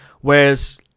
Whereas